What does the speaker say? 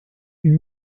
une